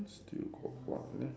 still got what left